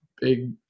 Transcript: big